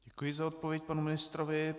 Děkuji za odpověď panu ministrovi.